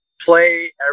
play